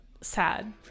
sad